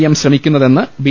M ശ്രമിക്കുന്നതെന്ന് B